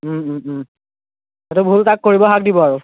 সেইটো ভুল তাক কৰিব হাক দিব আৰু